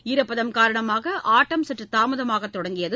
ஈரப்பதம் காரணமாக ஆட்டம் சற்று தாமதமாக தொடங்கியது